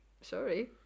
sorry